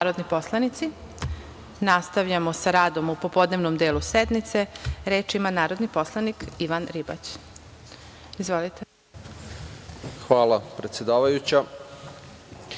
narodni poslanici nastavljamo sa radom u popodnevnom delu sednice. Reč ima narodni poslanika Ivan Ribać. Izvolite. **Ivan Ribać**